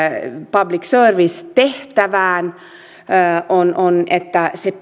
public service tehtävään on se